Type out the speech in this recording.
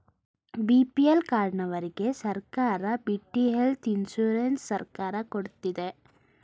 BPL ಕಾರ್ಡನವರ್ಗೆ ಸರ್ಕಾರ ಬಿಟ್ಟಿ ಹೆಲ್ತ್ ಇನ್ಸೂರೆನ್ಸ್ ಸರ್ಕಾರ ಕೊಡ್ತಿದೆ